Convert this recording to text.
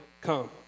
come